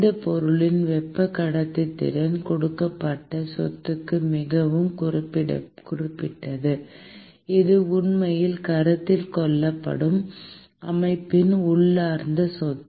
அந்த பொருளின் வெப்ப கடத்துத்திறன் கொடுக்கப்பட்ட சொத்துக்கு மிகவும் குறிப்பிட்டது அது உண்மையில் கருத்தில் கொள்ளப்படும் அமைப்பின் உள்ளார்ந்த சொத்து